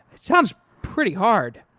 it sounds pretty hard.